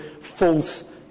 false